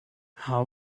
how